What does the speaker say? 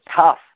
tough